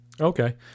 Okay